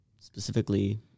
specifically